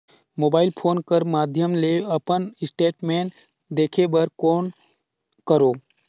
Mobile phone कर माध्यम ले अपन स्टेटमेंट देखे बर कौन करों?